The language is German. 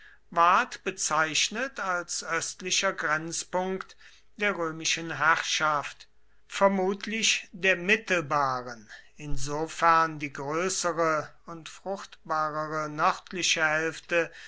ward bezeichnet als östlicher grenzpunkt der römischen herrschaft vermutlich der mittelbaren insofern die größere und fruchtbarere nördliche hälfte